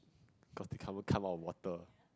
got to cover come out of water